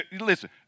Listen